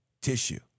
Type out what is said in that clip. tissue